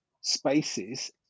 spaces